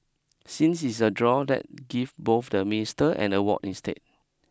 since it's a draw let give both the Minister an award instead